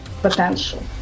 potential